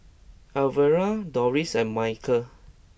Alvera Dorris and Michel